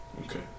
Okay